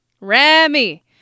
Remy